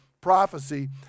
prophecy